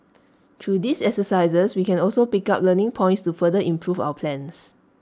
through these exercises we can also pick up learning points to further improve our plans